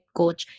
coach